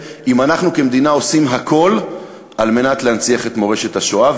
אם אנחנו כמדינה עושים הכול כדי להנציח את מורשת השואה.